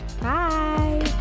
bye